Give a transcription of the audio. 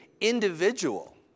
individual